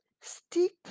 Stick